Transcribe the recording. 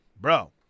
Bro